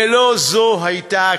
ולא זו הייתה הכוונה.